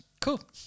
Cool